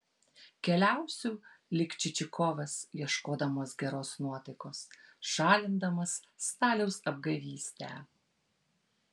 keliausiu lyg čičikovas ieškodamas geros nuotaikos šalindamas staliaus apgavystę